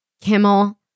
Kimmel